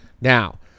Now